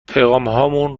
پیغامهامون